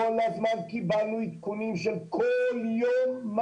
כל הזמן קיבלנו עדכונים מה קורה כל יום.